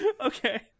Okay